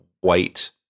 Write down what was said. white